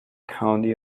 county